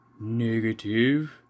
Negative